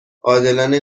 عادلانه